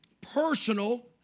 Personal